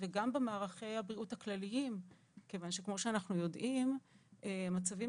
וגם במערכי הבריאות הכללים כיוון שכמו שאנחנו יודעים המצבים